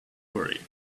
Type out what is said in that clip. worry